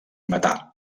metà